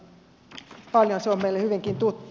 se on meille hyvinkin tuttua